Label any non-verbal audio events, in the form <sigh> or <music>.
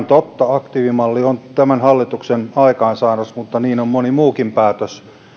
<unintelligible> totta aktiivimalli on tämän hallituksen aikaansaannos mutta niin on moni muukin päätös